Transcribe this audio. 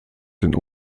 den